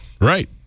right